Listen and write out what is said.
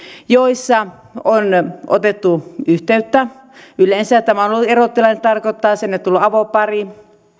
joissa on otettu yhteyttä yleensä tämä erotilanne tarkoittaa sitä että on ollut avopari